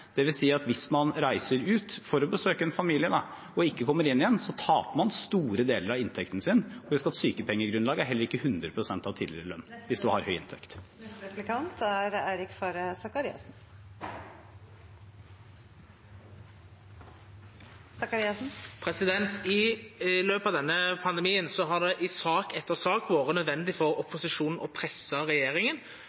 at hvis man reiser ut for å besøke familie, og ikke kommer inn igjen, taper man store deler av inntekten sin. Husk at sykepengegrunnlaget heller ikke er 100 pst. av tidligere lønn hvis man har høy inntekt. I løpet av denne pandemien har det i sak etter sak vore nødvendig for